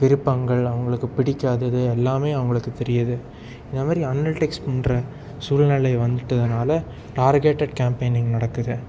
விருப்பங்கள் அவங்களுக்கு பிடிக்காதது எல்லாமே அவங்களுக்கு தெரியுது இந்த மாதிரி அன்னல்டெக்ஸ் பண்ணுற சூழ்நிலை வந்துட்டதுனால் டார்கேட்டட் கேம்பேனிங் நடக்குது